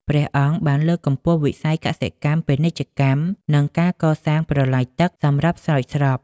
ព្រះអង្គបានលើកកម្ពស់វិស័យកសិកម្ម ពាណិជ្ជកម្ម និងការកសាងប្រឡាយទឹកសម្រាប់ស្រោចស្រព។